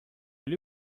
will